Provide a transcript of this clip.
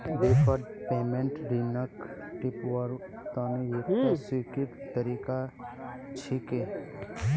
deferred payment ऋणक निपटव्वार तने एकता स्वीकृत तरीका छिके